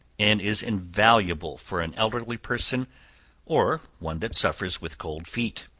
and is invaluable for an elderly person or one that suffers with cold feet.